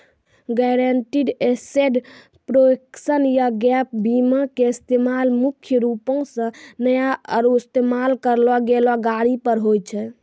guaranteed asset protection या gap बीमा के इस्तेमाल मुख्य रूपो से नया आरु इस्तेमाल करलो गेलो गाड़ी पर होय छै